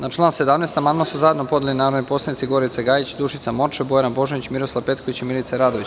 Na član 17. amandman su zajedno podneli narodni poslanici Gorica Gajić, Dušica Morčev, Bojana Božanić, Miroslav Petković i Milica Radović.